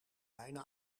bijna